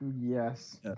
Yes